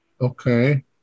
Okay